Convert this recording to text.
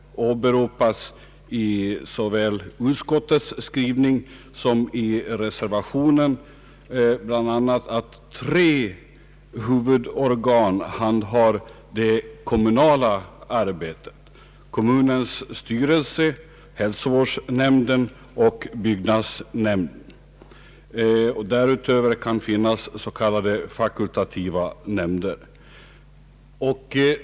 Av såväl utskottets majoritet som reservanterna åberopas att tre huvudorgan handhar det kommunala arbetet på detta område, nämligen kommunens styrelse, hälsovårdsnämnden och byggnadsnämnden. Därutöver kan finnas s.k. fakultativa nämnder.